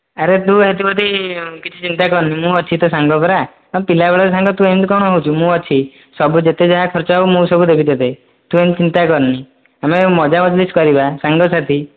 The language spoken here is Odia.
ଆରେ ତୁ ଏଥିପ୍ରତି କିଛି ଚିନ୍ତା କରନି ମୁଁ ଅଛି ତୋ ସାଙ୍ଗ ପରା ଆମେ ପିଲାବେଳର ସାଙ୍ଗ ତୁ ଏମିତି କ'ଣ ହେଉଛୁ ମୁଁ ଅଛି ସବୁ ଯେତେ ଯାହା ଖର୍ଚ୍ଚ ହେବ ମୁଁ ସବୁ ଦେବି ତୋତେ ତୁ ଏମିତି ଚିନ୍ତା କରନି ଆମେ ମଜା ମଜ୍ଲିସ୍ କରିବା ସାଙ୍ଗସାଥି